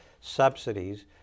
subsidies